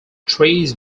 trees